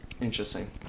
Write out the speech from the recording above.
Interesting